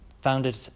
founded